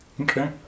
okay